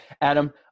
Adam